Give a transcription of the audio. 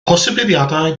posibiliadau